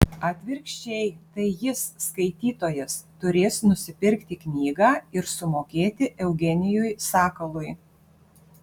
atvirkščiai tai jis skaitytojas turės nusipirkti knygą ir sumokėti eugenijui sakalui